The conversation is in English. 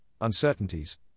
uncertainties